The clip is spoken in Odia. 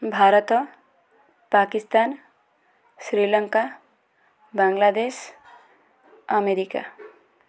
ଭାରତ ପାକିସ୍ତାନ ଶ୍ରୀଲଙ୍କା ବାଙ୍ଗଲାଦେଶ ଆମେରିକା